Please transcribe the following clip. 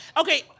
okay